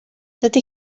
dydy